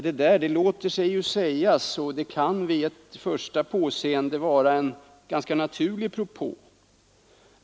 Det låter sig ju sägas, och det kan vid första påseendet synas vara en naturlig propå.